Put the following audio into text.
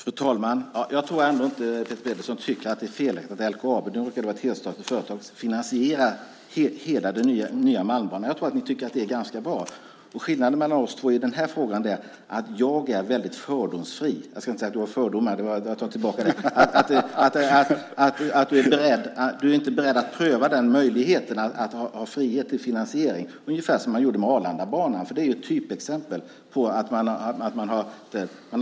Fru talman! Jag tror inte att Peter Pedersen tycker att det är felaktigt att LKAB - nu råkar det vara ett helstatligt företag - finansierar hela den nya Malmbanan. Jag tror att ni tycker att det är ganska bra. Skillnaden mellan oss två i den här frågan är att jag är väldigt fördomsfri. Jag ska inte säga att du har fördomar, utan jag tar tillbaka det. Men du är inte beredd att pröva möjligheten att ha frihet till finansiering ungefär som man gjorde med Arlandabanan. Den är ett typexempel på detta.